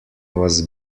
was